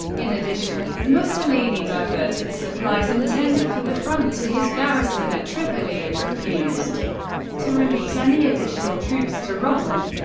in addition, mussolini diverted supplies intended for the front to his garrison at tripoli, and refused to release any additional troops to rommel.